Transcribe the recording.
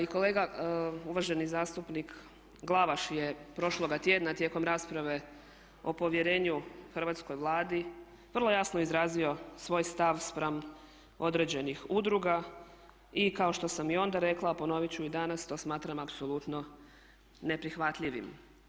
I kolega uvaženi zastupnik Glavaš je prošloga tjedna tijekom rasprave o povjerenju hrvatskoj Vladi vrlo jasno izrazio svoj stav spram određenih udruga i kao što sam i onda rekla a ponoviti ću i danas to smatram apsolutno neprihvatljivim.